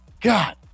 God